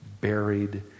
buried